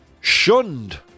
Shunned